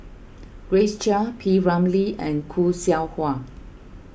Grace Chia P Ramlee and Khoo Seow Hwa